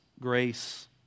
grace